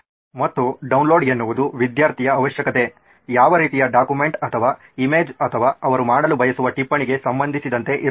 ಮತ್ತು ಡೌನ್ಲೋಡ್ ಎನ್ನುವುದು ವಿದ್ಯಾರ್ಥಿಯ ಅವಶ್ಯಕತೆ ಯಾವ ರೀತಿಯ ಡಾಕ್ಯುಮೆಂಟ್ ಅಥವಾ ಇಮೇಜ್ ಅಥವಾ ಅವರು ಮಾಡಲು ಬಯಸುವ ಟಿಪ್ಪಣಿಗೆ ಸಂಬಂಧಿಸಿದಂತೆ ಇರುತ್ತದೆ